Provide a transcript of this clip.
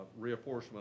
reapportionment